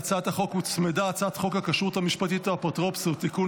להצעת החוק הוצמדה הצעת חוק הכשרות המשפטית והאפוטרופסות (תיקון,